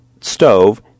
stove